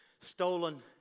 stolen